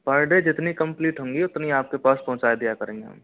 पर डे जितनी कंप्लीट होंगी उतनी आपके पास पहुँचा दिया करेंगे हम